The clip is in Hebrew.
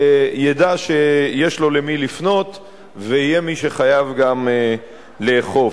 ידע שיש לו למי לפנות ויהיה מי שחייב גם לאכוף.